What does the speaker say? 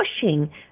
pushing